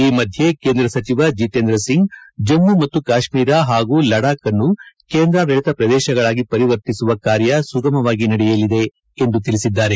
ಈ ಮಧ್ಯೆ ಕೇಂದ್ರ ಸಚಿವ ಜಿತೇಂದ್ರ ಸಿಂಗ್ ಜಮ್ನು ಮತ್ತು ಕಾಶ್ಮೀರ ಹಾಗೂ ಲಡಾಖ್ ಅನ್ನು ಕೇಂಧ್ರಾಡಳಿತ ಪ್ರದೇಶಗಳಾಗಿ ಪರಿವರ್ತಿಸುವ ಕಾರ್ಯ ಸುಗಮವಾಗಿ ನಡೆಯಲಿದೆ ಎಂದು ತಿಳಿಸಿದ್ದಾರೆ